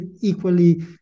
equally